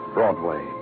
Broadway